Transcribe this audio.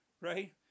Right